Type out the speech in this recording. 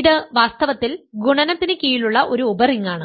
ഇത് വാസ്തവത്തിൽ ഗുണനത്തിന് കീഴിലുള്ള ഒരു ഉപറിംഗാണ്